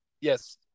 yes